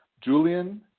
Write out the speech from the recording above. Julian